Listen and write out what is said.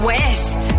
West